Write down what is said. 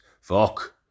fuck